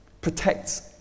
protects